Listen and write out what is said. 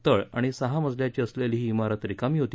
तळ अधिक सहा मजल्याची असलेली ही इमारत रिकामी होती